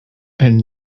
elles